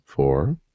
four